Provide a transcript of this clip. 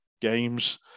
games